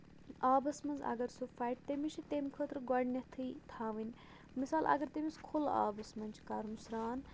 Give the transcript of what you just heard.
آبَس منٛز اَگر سُہ پھٹہِ تٔمِس چھُ تَمہِ خٲطرٕ گۄڈٕنیٚتھٕے تھاوٕنۍ مِثال اَگر تٔمِس کھُلہٕ آبس منٛز چھُ کَرُن سرٛان